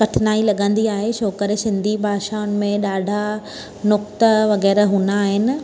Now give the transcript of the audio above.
कठिनाई लॻंदी आहे छोकरि सिंधी भाषाउनि में ॾाढा नुक़्ता वग़ैरह हूंदा आहिनि